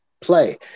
play